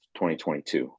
2022